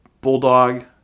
Bulldog